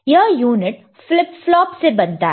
यह unit flip flop से बनता है